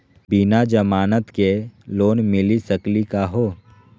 बिना जमानत के लोन मिली सकली का हो?